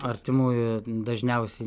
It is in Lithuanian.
artimųjų dažniausiai